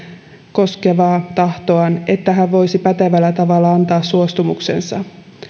koskevaa tahtoaan että hän voisi pätevällä tavalla antaa suostumuksensa